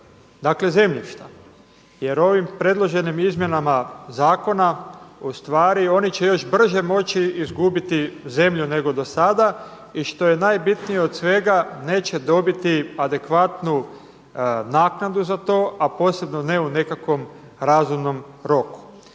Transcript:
zemljišta jer ovim predloženim izmjenama zakona oni će još brže moći izgubiti zemlju nego do sada i što je najbitnije od svega neće dobiti adekvatnu naknadu za to, a posebno ne u nekakvom razumnom roku.